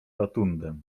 rotundę